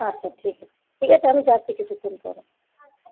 আচ্ছা ঠিক আছে ঠিক আছে আমি যাচ্ছি কিছুক্ষণ পরে